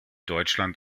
deutschland